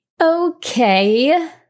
Okay